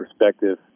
perspective